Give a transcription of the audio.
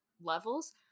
levels